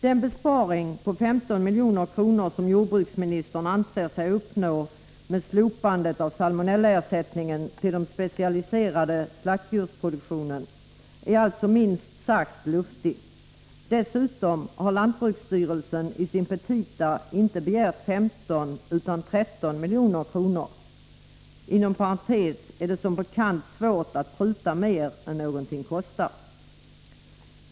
Den besparing på 15 milj.kr. som jordbruksministern anser sig uppnå med slopandet av salmonellaersättningen till den specialiserade slaktdjursproduktionen är alltså minst sagt luftig. Dessutom har lantbruksstyrelsen i sina petita inte begärt 15 utan 13 milj.kr. Inom parentes sagt är det som bekant svårt att pruta mer än någonting kostar.